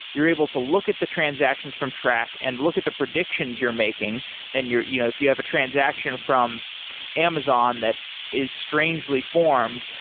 you're able to look at the transactions from track and look at the predictions you're making and you know if you have a transaction from amazon that is strangely formed,